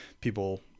people